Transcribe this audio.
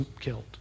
killed